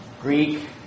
Greek